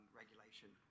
regulation